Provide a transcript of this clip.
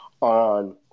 on